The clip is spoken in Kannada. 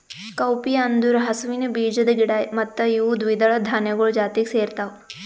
ಕೌಪೀ ಅಂದುರ್ ಹಸುವಿನ ಬೀಜದ ಗಿಡ ಮತ್ತ ಇವು ದ್ವಿದಳ ಧಾನ್ಯಗೊಳ್ ಜಾತಿಗ್ ಸೇರ್ತಾವ